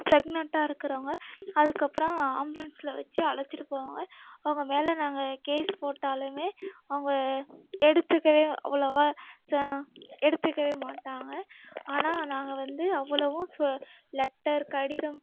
பிரெக்னென்ட்டாக இருக்கிறவங்க அதுக்கப்புறம் ஆம்புலன்ஸ்ல வச்சி அழைச்சிட்டு போவாங்க அவங்க மேலே நாங்கள் கேஸ் போட்டாலுமே அவங்க எடுத்துக்கவே அவ்வளோவா சா எடுத்துக்கவே மாட்டாங்க ஆனால் நாங்கள் வந்து அவ்வளோவும் சொ லெட்டர் கடிதம்